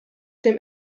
dem